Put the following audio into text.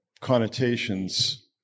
connotations